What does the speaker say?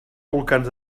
volcans